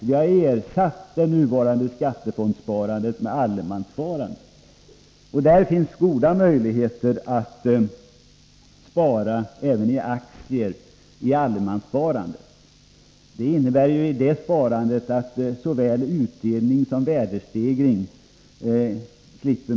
Vi har ersatt det nuvarande skattefondssparandet med allemanssparande. Det finns goda möjligheter att spara även i aktier inom allemanssparandet. Det sparandet innebär ju att man slipper skatt på såväl utdelning som värdestegring.